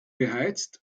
beheizt